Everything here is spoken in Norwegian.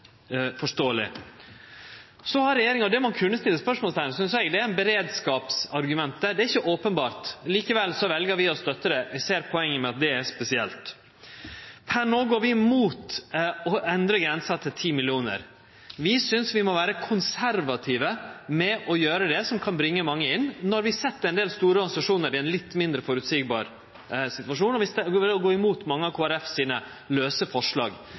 Det ein kunne stille spørsmål ved, synest eg, er beredskapsargumentet. Det er ikkje openbart, og likevel vel vi å støtte det. Eg ser poenget med at det er spesielt. Per no går vi imot å endre grensa til 10 mill. kr. Vi synest vi må vere konservative med å gjere det som kan bringe mange inn, når vi set ein del store organisasjonar i ein litt mindre føreseieleg situasjon, og vi vil då gå imot mange av Kristeleg Folkeparti sine lause forslag.